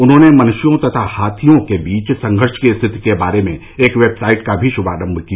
उन्होंने मनुष्यों तथा हाथियों के बीच संघर्ष की स्थिति के बारे में एक वेबसाइट का भी शुभारंभ किया